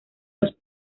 los